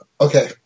Okay